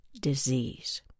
disease